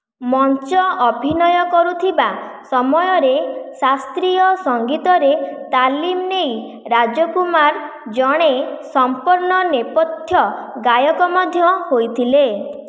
ମଞ୍ଚ ଅଭିନୟ କରୁଥିବା ସମୟରେ ଶାସ୍ତ୍ରୀୟ ସଙ୍ଗୀତରେ ତାଲିମ ନେଇ ରାଜକୁମାର ଜଣେ ସମ୍ପନ୍ନ ନେପଥ୍ୟ ଗାୟକ ମଧ୍ୟ ହୋଇଥିଲେ